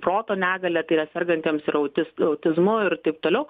proto negalią tai yra sergantiems ir autis autizmu ir taip toliau